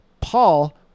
Paul